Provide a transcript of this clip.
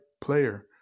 player